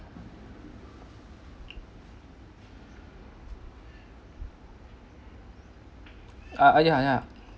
uh ya ya